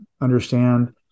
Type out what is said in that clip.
understand